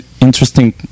interesting